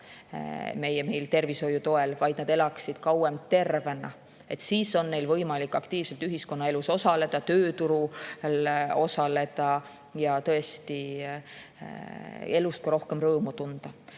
toel mitte ainult kauem, vaid et nad elaksid kauem tervena. Siis on neil võimalik aktiivselt ühiskonnaelus osaleda, tööturul osaleda ja tõesti elust ka rohkem rõõmu tunda.